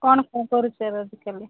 କ'ଣ କ'ଣ କରୁଛ ଏବେ ବିକାଲି